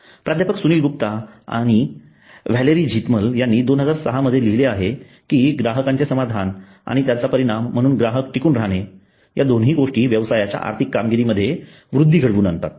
प्राध्यापक सुनील गुप्ता आणि Valerie Zeithaml यांनी 2006 मध्ये लिहिले आहे की ग्राहकांचे समाधान आणि त्याचा परिणाम म्हणून ग्राहक टिकून राहणे या दोन्ही गोष्टी व्यवसायाच्या आर्थिक कामगिरी मध्ये वृद्धी घडवून आणतात